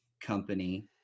company